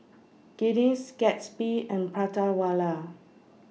Guinness Gatsby and Prata Wala